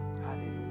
Hallelujah